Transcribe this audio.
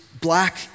black